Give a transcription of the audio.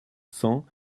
cent